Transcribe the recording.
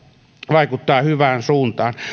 vaikuttaa hyvään suuntaan